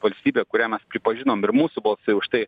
valstybė kurią mes pripažinom ir mūsų balsai už tai